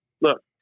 look